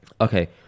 Okay